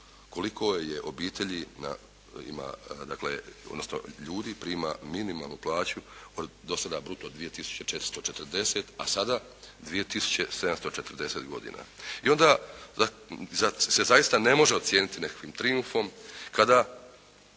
koliko je obitelji ima dakle, odnosno ljudi prima minimalnu plaću od do sada bruto 2440, a sada 2740 kuna. I onda zar se zaista ne može ocijeniti nekakvim trijumfom kada